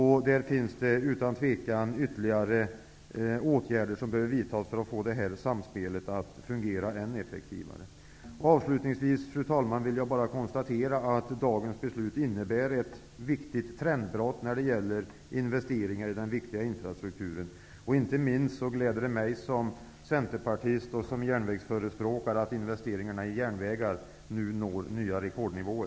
Här behövs utan tvivel ytterligare åtgärder vidtas för att få detta samspel att fungera ännu effektivare. Fru talman! Jag kan avslutningsvis konstatera att dagens beslut innebär ett viktigt trendbrott när det gäller investeringar i den viktiga infrastrukturen. Inte minst gläder det mig som centerpartist och järnvägsförespråkare att investeringarna i järnvägar nu når nya rekordnivåer.